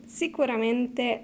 sicuramente